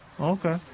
Okay